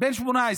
בן 18,